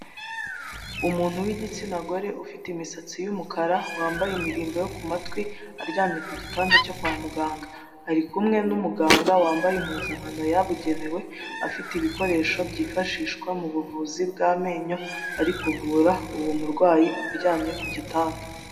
Umuntu w'igitsina gore ufite imisatsi y'umukara wambaye imiririmbo yo ku matwi aryamye ku gitanda cyo kwa muganga, ari kumwe n'umuganga wambaye impuzankano yabugenewe, afite ibikoresho byifashishwa mu buvuzi bw'amenyo, ari kuvura uwo murwayi uryamye ku gitanda.